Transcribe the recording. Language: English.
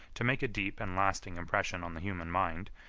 to make a deep and lasting impression on the human mind,